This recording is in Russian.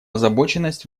озабоченность